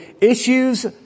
issues